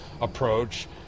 approach